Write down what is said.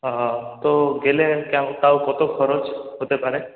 হ্যাঁ তো গেলে কেমন তাও কত খরচ হতে পারে